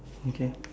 okay